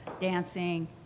dancing